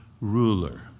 ruler